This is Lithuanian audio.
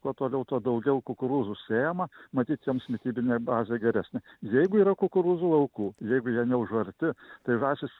kuo toliau tuo daugiau kukurūzų sėjama matyt joms mitybinė bazė geresnė jeigu yra kukurūzų laukų jeigu jie neužarti tai žąsys